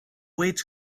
weights